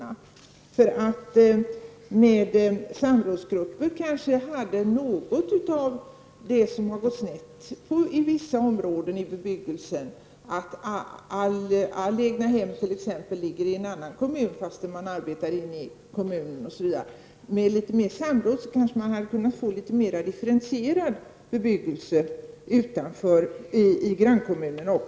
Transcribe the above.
Om det hade funnits samrådsgrupper hade kanske en del av det som har gått snett i vissa områden i fråga om bebyggelsen kunnat undvikas. Jag tänker då t.ex. på detta med att egnahem ligger i en annan kommun än den man arbetar i. Om det hade funnits litet mer av samråd hade det kanske funnits litet mera differentierad bebyggelse också i grannkommunerna.